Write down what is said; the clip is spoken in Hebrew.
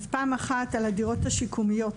אז פעם אחת על הדירות השיקומיות